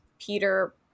peter